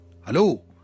Hello